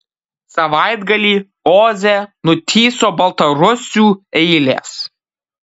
savaitgalį oze nutįso baltarusių eilės